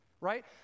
right